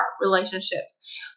relationships